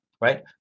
right